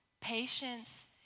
patience